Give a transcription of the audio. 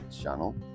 channel